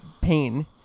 pain